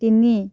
তিনি